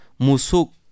musuk